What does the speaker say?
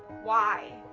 why,